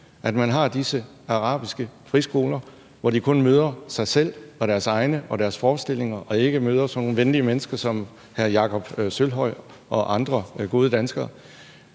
at man har disse arabiske friskoler, hvor de kun møder sig selv og deres egne og deres egne forestillinger og ikke møder sådan nogle venlige mennesker som hr. Jakob Sølvhøj og andre gode danskere?